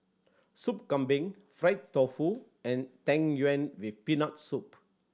Sup Kambing fried tofu and Tang Yuen with Peanut Soup